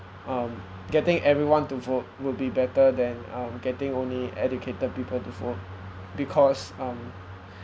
um getting everyone to vote will be better than um getting only educated people to vote because um